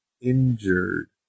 injured